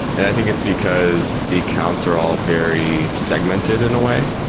i think it's because the accounts are all very segmented in a way.